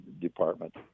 department